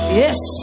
yes